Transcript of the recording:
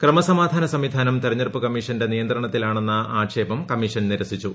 ക്രമസമാധാന സംവിധാനം തെരഞ്ഞെടുപ്പു കമ്മീഷന്റെ നിയന്ത്രണത്തിലാണെന്ന ആക്ഷേപം കമ്മീഷൻ നിരസിച്ചു